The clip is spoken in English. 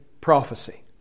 prophecy